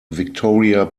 victoria